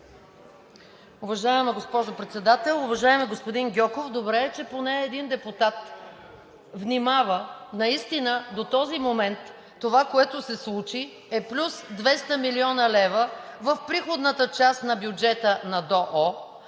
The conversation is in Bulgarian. Уважаема госпожо Председател! Уважаеми господин Гьоков, добре е, че поне един депутат внимава. (Шум и реплики.) Настина до този момент това, което се случи, е плюс 200 млн. лв. в приходната част на бюджета на ДОО.